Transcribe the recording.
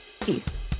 Peace